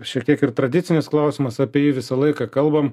šiek tiek ir tradicinis klausimas apie jį visą laiką kalbam